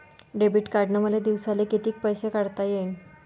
Debit कार्डनं मले दिवसाले कितीक पैसे काढता येईन?